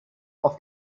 auf